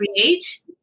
create